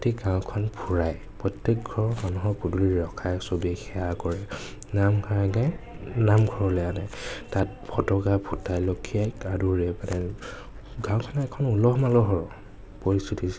গোটেই গাওঁখন ফুৰাই প্ৰত্য়েক ঘৰৰ মানুহৰ পদূলিত ৰখাই চবেই সেৱা কৰে নাম গাই গাই নামঘৰলৈ আনে তাত ফটকা ফুটাই লক্ষ্মী আইক আদৰে মানে গাঁৱখনত এখন উলহ মালহৰ পৰিস্থিতিৰ